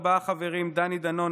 ארבעה חברים: דני דנון,